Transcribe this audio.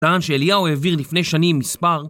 טען שאליהו העביר לפני שנים מספר